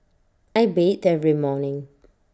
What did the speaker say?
I bathe every morning